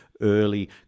early